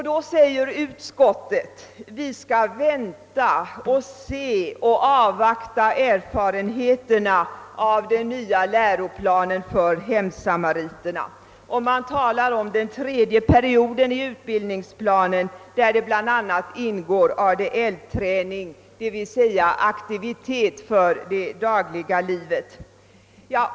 "Då hävdar utskottsmajoriteten att vi skall vänta och se — att vi skall avvakta erfarenheterna av den nya läroplanen för hemsamaritutbildningen. Utskottsmajoriteten skriver att i den tredje perioden av utbildningen ingår enligt planen ADL-träning, d.v.s. Aktivitet för det Dagliga Livet.